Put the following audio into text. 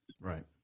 Right